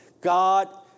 God